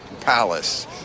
Palace